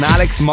Alex